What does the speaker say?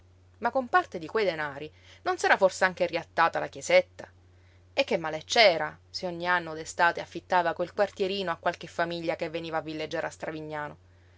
ma con parte di quei denari non s'era fors'anche riattata la chiesetta e che male c'era se ogni anno d'estate affittava quel quartierino a qualche famiglia che veniva a villeggiare a